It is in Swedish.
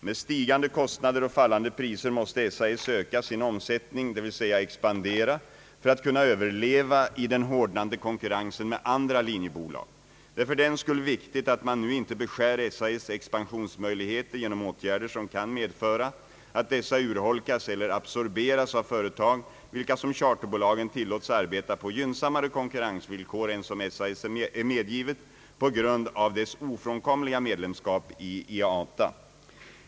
Med stigande kostnader och fallande priser måste SAS öka sin omsättning — dvs. expandera — för att kunna överleva i den hårdnande konkurrensen med andra linjebolag. Det är fördenskull viktigt att man nu inte beskär SAS:s expansionsmöjligheter genom åtgärder som kan medföra att dessa urholkas eller absorberas av företag vilka som charterbolagen tillåts arbeta på gynnsammare konkurrensvillkor än som är SAS medgivet på grund av dess ofrånkomliga medlemskap i IATA.